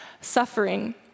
suffering